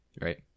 right